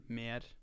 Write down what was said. mer